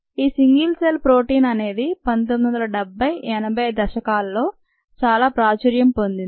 ఈ single cell protein అనేది 1970 80వ దశకాల్లో చాలా ప్రాచుర్యం పొందింది